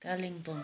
Kalimpong